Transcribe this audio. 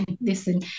listen